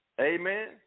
Amen